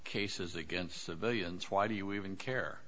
cases against civilians why do you even care